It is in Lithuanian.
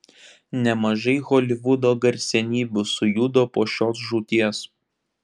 nemažai holivudo garsenybių sujudo po šios žūties